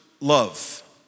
love